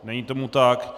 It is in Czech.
Není tomu tak.